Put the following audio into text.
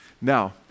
Now